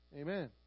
Amen